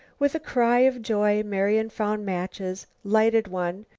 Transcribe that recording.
with a cry of joy marian found matches, lighted one,